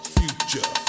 future